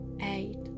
eight